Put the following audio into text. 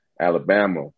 Alabama